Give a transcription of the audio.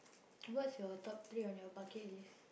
what's your top three on your bucket list